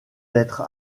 d’être